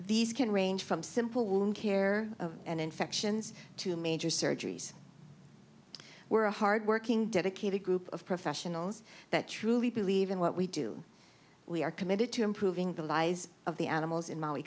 these can range from simple wound care and infections to major surgeries were a hardworking dedicated group of professionals that truly believe in what we do we are committed to improving the lies of the animals in maui